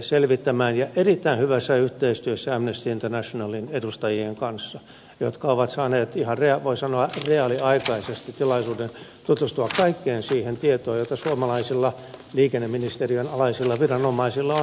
selvittämään ja erittäin hyvässä yhteistyössä amnesty internationalin edustajien kanssa jotka ovat saaneet ihan voi sanoa reaaliaikaisesti tilaisuuden tutustua kaikkeen siihen tietoon jota suomalaisilla liikenneministeriön alaisilla viranomaisilla on hallussaan